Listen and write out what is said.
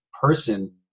person